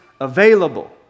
available